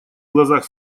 глазах